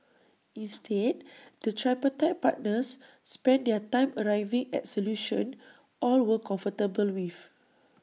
instead the tripartite partners spent their time arriving at solutions all were comfortable with